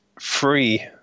free